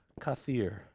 Kathir